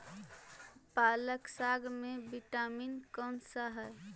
पालक साग में विटामिन कौन सा है?